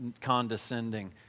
condescending